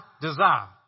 desire